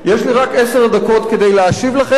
יש לי רק עשר דקות כדי להשיב לכם,